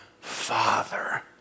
Father